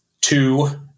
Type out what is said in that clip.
two